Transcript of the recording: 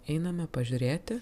einame pažiūrėti